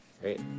Great